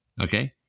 okay